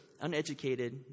uneducated